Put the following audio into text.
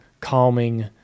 calming